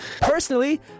Personally